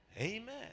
Amen